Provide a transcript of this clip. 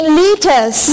liters